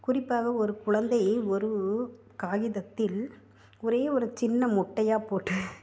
குறிப்பாக ஒரு குழந்தை ஒரு காகிதத்தில் ஒரே ஒரு சின்ன முட்டையாக போட்டு